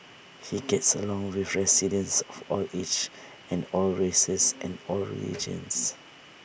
he gets along with residents of all ages and all races and all religions